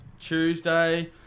Tuesday